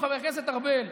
חבר הכנסת ארבל,